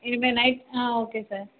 இனிமே night okay sir